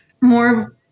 more